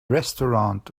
restaurant